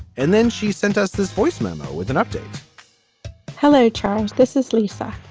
and then she sent us this voice memo with an update hello, charles. this is lisa.